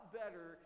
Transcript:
better